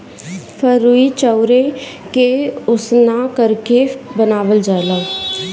फरुई चाउरे के उसिना करके बनावल जाला